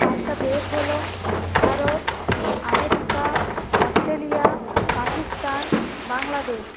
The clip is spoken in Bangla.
পাঁচটা দেশ হলো ভারত আমেরিকা অস্ট্রেলিয়া পাকিস্তান বাংলাদেশ